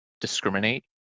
discriminate